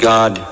God